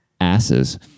asses